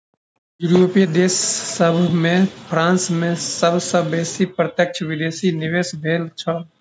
यूरोपीय देश सभ में फ्रांस में सब सॅ बेसी प्रत्यक्ष विदेशी निवेश भेल छल